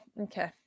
okay